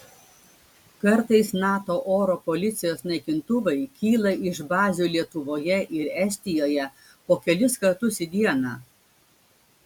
kartais nato oro policijos naikintuvai kyla iš bazių lietuvoje ir estijoje po kelis kartus į dieną